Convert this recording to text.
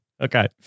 Okay